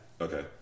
Okay